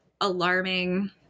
alarming